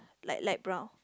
like light brown